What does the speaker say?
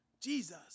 Jesus